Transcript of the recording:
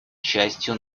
частью